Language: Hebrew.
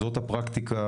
זאת הפרקטיקה.